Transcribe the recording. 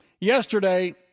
Yesterday